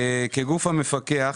כגוף המפקח,